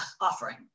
offering